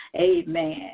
amen